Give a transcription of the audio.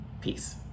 Peace